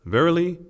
Verily